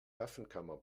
waffenkammer